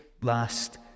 last